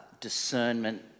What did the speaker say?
discernment